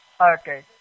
Okay